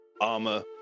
armor